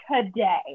today